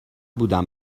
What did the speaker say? بودم